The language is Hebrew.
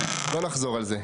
לא נחזור על זה.